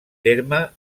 terme